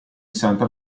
santa